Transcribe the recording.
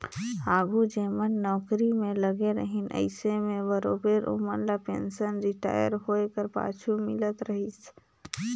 आघु जेमन नउकरी में लगे रहिन अइसे में बरोबेर ओमन ल पेंसन रिटायर होए कर पाछू मिलत रहिस